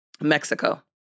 Mexico